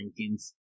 rankings